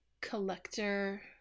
collector